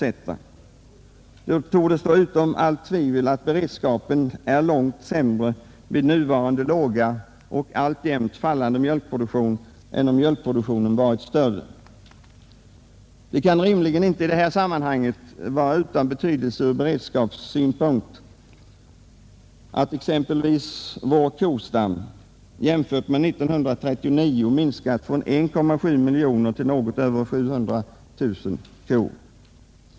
Det torde stå utom allt tvivel att beredskapen är långt sämre vid nuvarande låga och alltjämt fallande mjölkproduktion än om mjölkproduktionen varit större. Det kan ju rimligen inte vara utan betydelse ur beredskapssynpunkt att vår kostam jämfört med 1939 minskat från 1,7 miljoner till något över 700 000 kor.